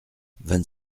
vingt